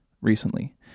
recently